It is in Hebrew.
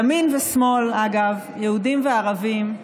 אגב, ימין ושמאל, יהודים וערבים,